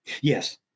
Yes